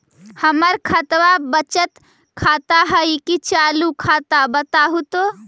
हमर खतबा बचत खाता हइ कि चालु खाता, बताहु तो?